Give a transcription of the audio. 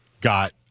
got